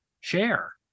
share